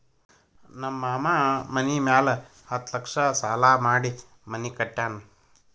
ನಮ್ ಮಾಮಾ ಮನಿ ಮ್ಯಾಲ ಹತ್ತ್ ಲಕ್ಷ ಸಾಲಾ ಮಾಡಿ ಮನಿ ಕಟ್ಯಾನ್